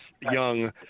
young